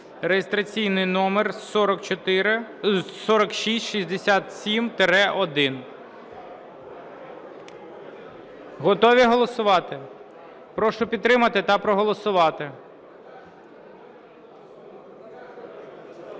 (реєстраційний номер 4667-1). Готові голосувати? Прошу підтримати та проголосувати.